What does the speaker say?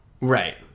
Right